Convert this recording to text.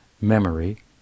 memory